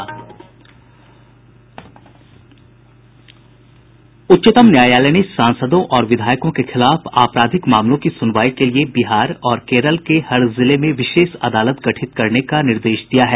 उच्चतम न्यायालय ने सांसदों और विधायकों के खिलाफ आपराधिक मामलों की सुनवाई के लिए बिहार और केरल के हर जिले में विशेष अदालत गठित करने का निर्देश दिया है